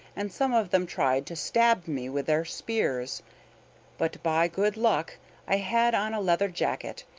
and some of them tried to stab me with their spears but by good luck i had on a leather jacket,